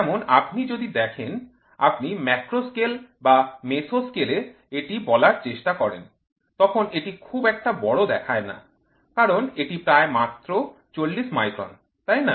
যেমন আপনি যদি দেখেন আপনি ম্যাক্রো স্কেল বা মেসো স্কেলে এটি বলার চেষ্টা করেন তখন এটি খুব একটা বড় দেখায় না কারণ এটি প্রায় মাত্র ৪০ মাইক্রন তাই না